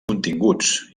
continguts